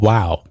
Wow